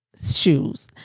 shoes